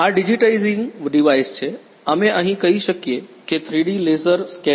આ digitizing device છે અમે કહી શકીએ કે 3 ડી લેસર સ્કેનીંગ